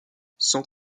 sans